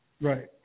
Right